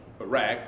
Iraq